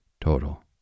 Total